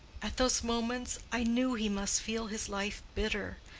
at those moments i knew he must feel his life bitter,